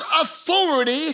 authority